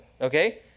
okay